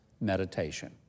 meditation